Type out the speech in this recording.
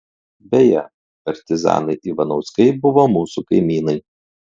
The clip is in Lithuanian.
beje partizanai ivanauskai buvo mūsų kaimynai